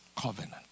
Covenant